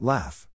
Laugh